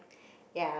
yeah